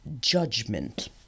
judgment